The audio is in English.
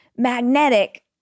magnetic